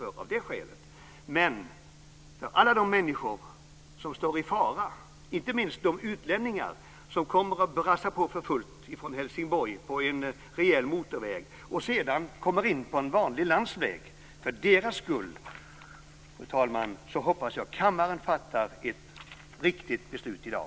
För alla de människors skull som är i fara - inte minst för de utlänningar som brassar på för fullt på en rejäl motorväg från Helsingborg och sedan kommer in på en vanlig landsväg - hoppas jag att kammaren fattar ett riktigt beslut i dag.